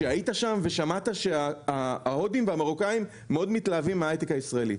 אמרת שהיית שם ושמעת שההודים והמרוקאים מאוד מתלהבים מההייטק הישראלי.